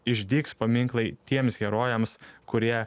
išdygs paminklai tiems herojams kurie